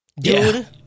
Dude